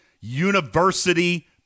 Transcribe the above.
university